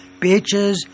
bitches